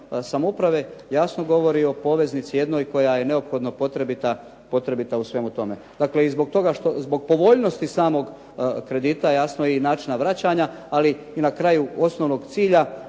samouprave jasno govori o poveznici jednoj koja je neophodno potrebita u svemu tome. Dakle i zbog povoljnosti samog kredita, jasno i načina vraćanja, ali i na kraju osnovnog cilja